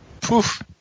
Poof